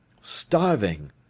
Starving